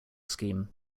scheme